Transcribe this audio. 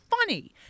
funny